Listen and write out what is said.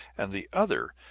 and the other,